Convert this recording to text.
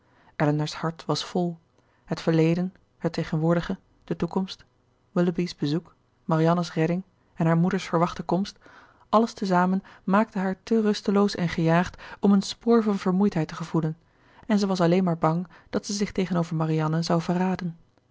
elinor's hart was vol het verleden het tegenwoordige de toekomst willoughby's bezoek marianne's redding en haar moeder's verwachte komst alles tezamen maakte haar te rusteloos en gejaagd om een spoor van vermoeidheid te gevoelen en zij was alleen maar bang dat zij zich tegenover marianne zou verraden